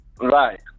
right